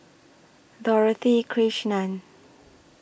Dorothy Krishnan